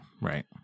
Right